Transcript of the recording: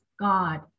God